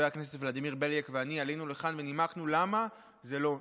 חבר הכנסת ולדימיר בליאק ואני עלינו לכאן ונימקנו למה זה לא נכון.